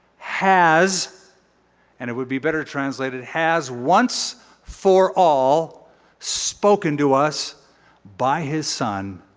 has and it would be better translated has once for all spoken to us by his son,